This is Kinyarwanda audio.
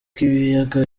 k’ibiyaga